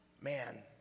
Man